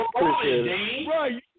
Right